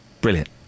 brilliant